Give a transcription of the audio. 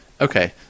okay